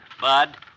bud